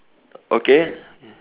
okay